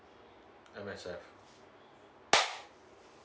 M_S_F